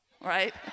right